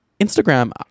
Instagram